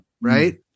Right